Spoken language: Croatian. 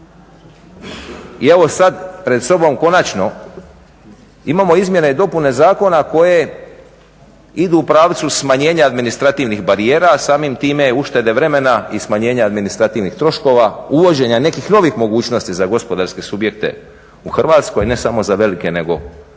I evo sada pred sobom konačno imamo izmjene i dopune Zakona koje idu u pravcu smanjenja administrativnih barijera, a samim time i uštede vremena i smanjenja administrativnih troškova, uvođenja nekih novih mogućnosti za gospodarske subjekte u Hrvatskoj ne samo za velike nego za